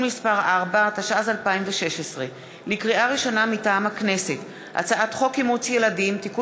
התשע"ז 2016. מסקנות ועדת החינוך, התרבות